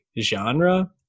genre